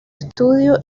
estudio